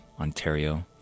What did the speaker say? Ontario